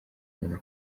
umuntu